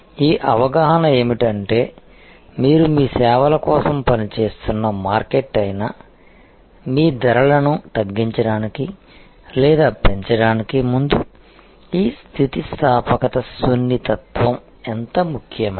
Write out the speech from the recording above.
ఈ అవగాహన ఏమిటంటే మీరు మీ సేవల కోసం పనిచేస్తున్న మార్కెట్ అయినా మీ ధరలను తగ్గించడానికి లేదా పెంచడానికి ముందు ఈ స్థితిస్థాపకత సున్నితత్వం ఎంత ముఖ్యమైనది